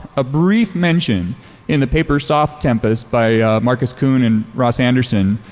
a brief mention in the paper soft tempest by marcus coone and ross anderson,